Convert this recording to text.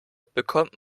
bekommt